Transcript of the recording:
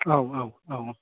औ औ औ औ